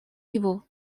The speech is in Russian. его